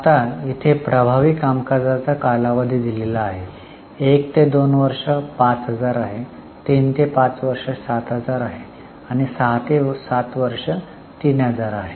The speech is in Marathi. आता इथे प्रभावी कामकाजाचा कालावधी दिलेला आहे 1ते 2वर्ष 5000 आहे 3 ते 5 वर्ष 7000 आहे आणि 6 ते 7 वर्ष 3000 आहे